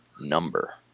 number